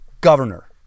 Governor